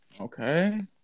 Okay